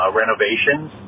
renovations